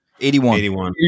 81